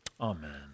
Amen